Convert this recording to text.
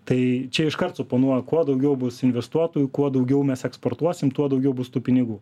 tai čia iškart suponuoja kuo daugiau bus investuotojų kuo daugiau mes eksportuosim tuo daugiau bus tų pinigų